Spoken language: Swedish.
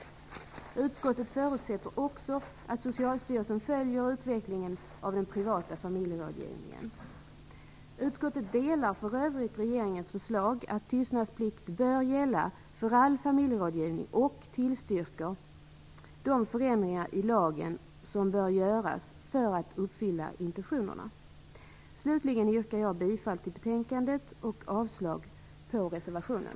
Utskottet förutsätter också att Socialstyrelsen följer utvecklingen av den privata familjerådgivningen. Utskottet delar för övrigt regeringens förslag att tystnadsplikt bör gälla för all familjerådgivning och tillstyrker de förändringar i lagen som bör göras för att uppfylla intentionerna. Slutligen yrkar jag bifall till hemställan i betänkandet och avslag på reservationen.